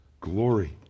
glory